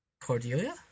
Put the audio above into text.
Cordelia